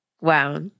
Wow